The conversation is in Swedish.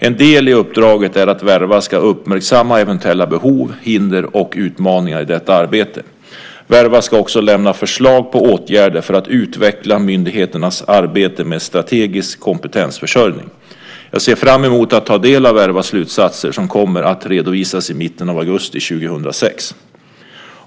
En del i uppdraget är att Verva ska uppmärksamma eventuella behov, hinder och utmaningar i detta arbete. Verva ska också lämna förslag på åtgärder för att utveckla myndigheternas arbete med strategisk kompetensförsörjning. Jag ser fram emot att ta del av Vervas slutsatser som kommer att redovisas i mitten av augusti 2006.